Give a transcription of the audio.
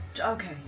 Okay